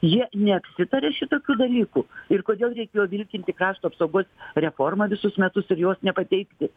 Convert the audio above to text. jie neapsitarė šitokių dalykų ir kodėl reikėjo vilkinti krašto apsaugos reformą visus metus ir jos nepateikti